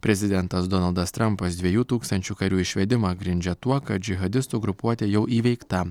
prezidentas donaldas trampas dviejų tūkstančių karių išvedimą grindžia tuo kad džihadistų grupuotė jau įveikta